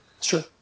Sure